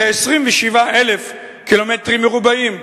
כ-27,000 קילומטרים רבועים.